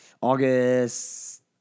August